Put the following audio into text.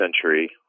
century